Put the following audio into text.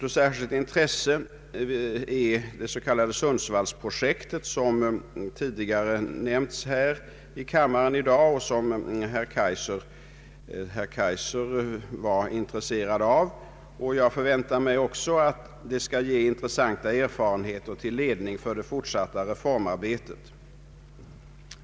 Av särskilt intresse är det s.k. Sundsvallsprojektet, som tidigare i dag har omnämnts här i kammaren och som herr Kaijser var intresserad av. Jag förväntar mig också att det skall ge intressanta erfarenheter till ledning för det fortsatta reformarbetet.